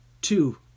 two